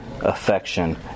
affection